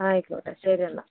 ആയിക്കോട്ടെ ശരിയെന്നാൽ